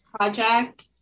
project